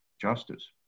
justice